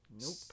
nope